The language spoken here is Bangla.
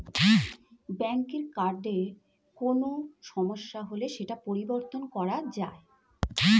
ব্যাঙ্কের কার্ডে কোনো সমস্যা হলে সেটা পরিবর্তন করা যায়